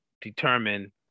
determine